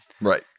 right